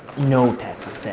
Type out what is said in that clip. no taxes